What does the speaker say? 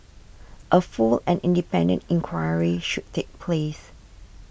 a full and independent inquiry should take place